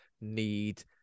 need